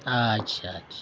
ᱟᱪᱪᱷᱟ ᱟᱪᱪᱷᱟ